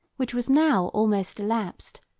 which was now almost elapsed,